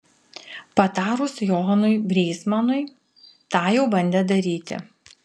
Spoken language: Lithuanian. patarus johanui brysmanui tą jau bandė daryti